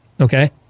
Okay